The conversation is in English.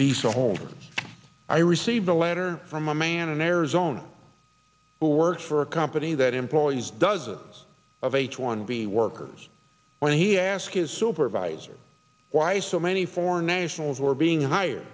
these homes i received a letter from a man in arizona who works for a company that employs dozens of h one b workers when he asked his supervisor why so many foreign nationals were being hired